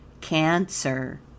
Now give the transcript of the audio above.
Cancer